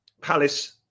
Palace